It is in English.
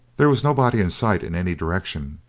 there was nobody in sight in any direction,